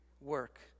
work